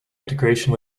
integration